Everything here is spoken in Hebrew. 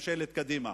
ממשלת קדימה,